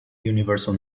universal